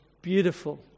Beautiful